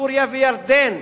סוריה וירדן.